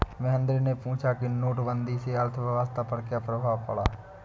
महेंद्र ने पूछा कि नोटबंदी से अर्थव्यवस्था पर क्या प्रभाव पड़ा